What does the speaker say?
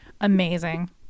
amazing